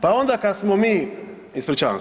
Pa onda kad smo mi, ispričavam se.